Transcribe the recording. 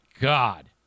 God